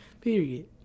Period